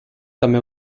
també